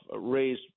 raised